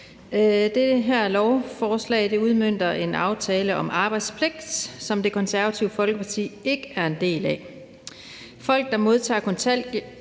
Det her lovforslag udmønter en aftale om arbejdspligt, som Det Konservative Folkeparti ikke er en del af. Folk, der modtager kontanthjælp,